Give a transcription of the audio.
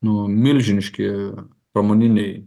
nu milžiniški pramoniniai